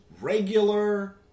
regular